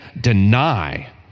deny